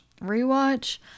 Rewatch